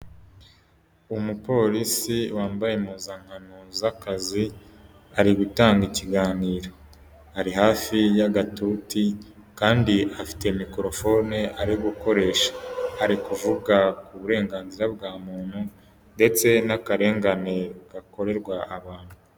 Umupolisi wambaye impuzankano z'akazi ari gutanga ikiganiro ari hafi y'agatuti kandi afite mikorofone ari gukoresha arikuvuga uburenganzira bwa muntu ndetse n'akarengane gakorerwa abantu.